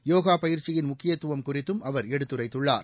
யோகா பயிற்சியின் முக்கியத்துவம் குறித்தும் அவர் எடுத்துரைத்துள்ளார்